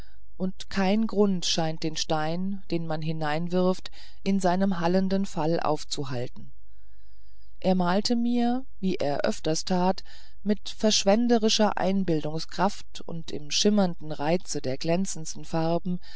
und kein grund scheint den stein den man hineinwirft in seinem hallenden fall aufzuhalten er malte mir wie er öfters tat mit verschwenderischer einbildungskraft und im schimmernden reize der glänzendsten farben